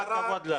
עם כל הכבוד לך.